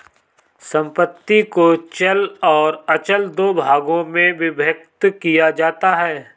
संपत्ति को चल और अचल दो भागों में विभक्त किया जाता है